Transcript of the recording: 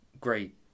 great